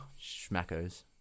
Schmackos